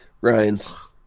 Ryan's